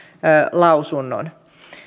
lausunnon